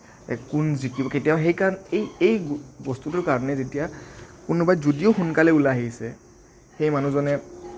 এই কোন জিকিব কেতিয়াও সেইকাৰণে এই এই বস্তুটোৰ কাৰণেই যেতিয়া কোনোবা যদিও সোনকালে ওলাই আহিছে সেই মানুহজনে